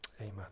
Amen